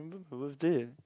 my birthday